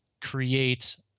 create